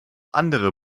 andere